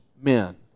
men